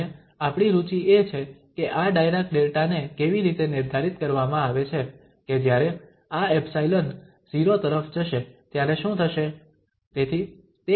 અને આપણી રુચિ એ છે કે આ ડાયરાક ડેલ્ટા ને કેવી રીતે નિર્ધારિત કરવામાં આવે છે કે જ્યારે આ 𝜖 0 તરફ જશે ત્યારે શું થશે